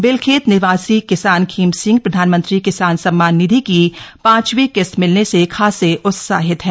बेलखेत निवासी किसान खीम सिंह प्रधानमंत्री किसान सम्मान निधि की पांचवी क़िस्त मिलने से खासे उत्साहित हैं